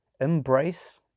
Embrace